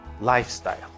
lifestyle